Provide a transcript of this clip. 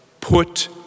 put